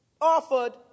offered